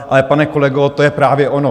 Ale pane kolego, to je právě ono.